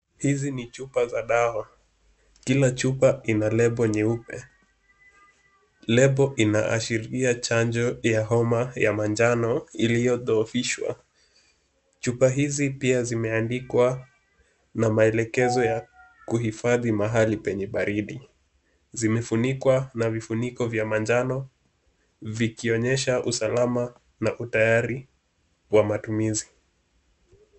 Hizi ni chupa za dawa. Kila chupa ina lebo nyeupe, lebo inaashiria chanjo ya homa ya manjano iliyodhoofishwa. Chupa hizi pia zimeandikwa na maelekezo ya kuhifadhi mahali penye baridi . Zimefunikwa na vifuniko vya manjano vikionyesha usalama na utayari wa matumizi.